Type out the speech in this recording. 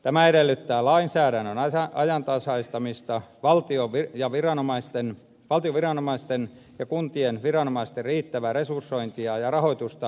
tämä edellyttää lainsäädännön ajantasaistamista ja valtion ja kuntien viranomaisten riittävää resursointia ja rahoituksen täydentämistä